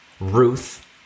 Ruth